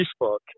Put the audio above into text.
Facebook